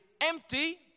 empty